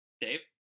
Dave